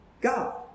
God